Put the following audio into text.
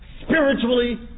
spiritually